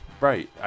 Right